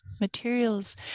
materials